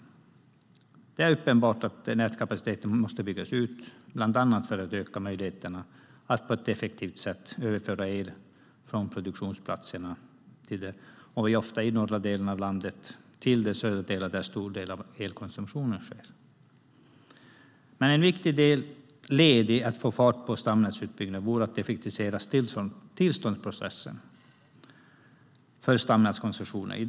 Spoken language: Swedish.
Det är uppenbart att nätkapaciteten måste byggas ut, bland annat för att öka möjligheterna att på ett effektivt sätt överföra el från produktionsplatserna - som ofta ligger i de norra delarna av landet - till de södra delar där en stor del av elkonsumtionen sker. Ett viktigt led i att få fart på stamnätsutbyggnaden vore att effektivisera tillståndsprocessen för stamnätskoncessioner.